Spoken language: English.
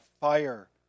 fire